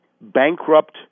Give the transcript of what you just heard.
bankrupt